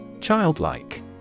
Childlike